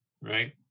right